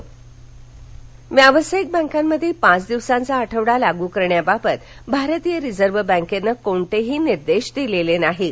reserve Bank व्यावसायिक बँकांमध्ये पाच दिवसांचा आठवडा लागू करण्याबाबत भारतीय रिझर्व बँकेनं कोणतेही निर्देश दिलेले नाहीत